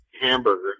hamburger